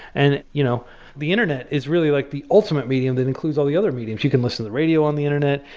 and you know the internet is really like the ultimate medium that includes all the other mediums. you can listen to radio on the internet,